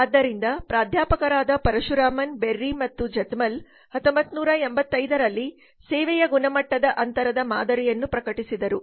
ಆದ್ದರಿಂದ ಪ್ರಾಧ್ಯಾಪಕರಾದ ಪರಶುರಾಮನ್ ಬೆರ್ರಿ ಮತ್ತು ಝೆಇಥಮ್ಲ್ 1985 ರಲ್ಲಿ ಸೇವೆಯ ಗುಣಮಟ್ಟದ ಅಂತರದ ಮಾದರಿಯನ್ನು ಪ್ರಕಟಿಸಿದರು